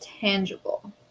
tangible